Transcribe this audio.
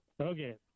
Okay